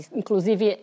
inclusive